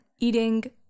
eating